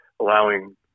allowing